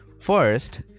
First